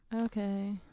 Okay